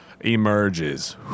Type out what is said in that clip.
emerges